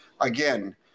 again